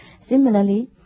Similarly